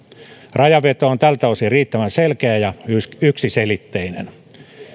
rajanveto on tältä osin riittävän selkeä ja myös yksiselitteinen